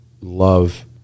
love